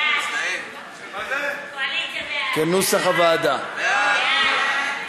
סעיף 6, כהצעת הוועדה, נתקבל.